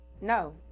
No